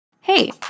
hey